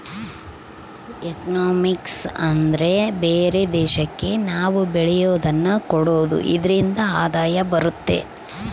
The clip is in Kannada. ಎಕನಾಮಿಕ್ಸ್ ಅಂದ್ರೆ ಬೇರೆ ದೇಶಕ್ಕೆ ನಾವ್ ಬೆಳೆಯೋದನ್ನ ಕೊಡೋದು ಇದ್ರಿಂದ ಆದಾಯ ಬರುತ್ತೆ